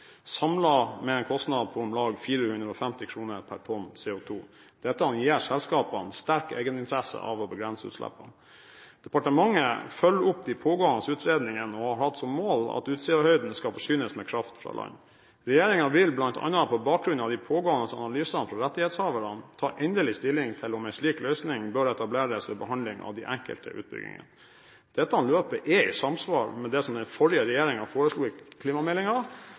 med en kostnad på 450 kr per tonn CO2. Dette gir selskapene sterk egeninteresse av å begrense utslippene. Departementet følger opp de pågående utredningene, og har hatt som mål at Utsirahøyden skal forsynes med kraft fra land. Regjeringen vil bl.a. på bakgrunn av de pågående analysene fra rettighetshaverne ta endelig stilling til om en slik løsning bør etableres ved behandlingen av de enkelte utbyggingene. Dette løpet er i samsvar med det som den forrige regjering foreslo i